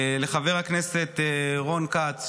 לחבר הכנסת רון כץ,